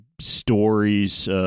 stories